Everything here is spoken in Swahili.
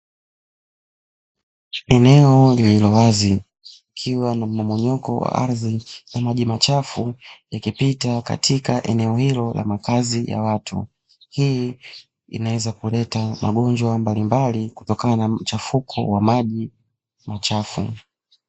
Eneo lililo wazi kukiwa na mmomonyoko wa ardhi na maji machafu yakipita katika eneo hilo la makazi ya watu, hii inaweza kuleta magonjwa mbalimbali kutokana na mchafuko wa maji machafu.